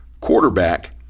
quarterback